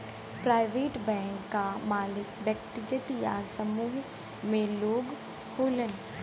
private bank क मालिक व्यक्तिगत या समूह में लोग होलन